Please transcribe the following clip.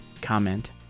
comment